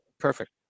Perfect